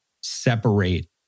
separate